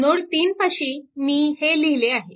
node 3 पाशी मी हे लिहिले आहे